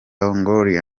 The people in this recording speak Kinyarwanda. longoria